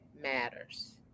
matters